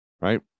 right